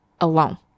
alone